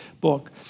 book